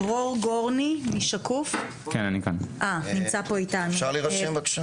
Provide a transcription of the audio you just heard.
דרור גורני מ"שקוף" נמצא פה איתנו.